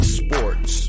sports